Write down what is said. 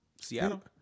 Seattle